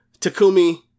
Takumi